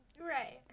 right